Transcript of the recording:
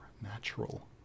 Natural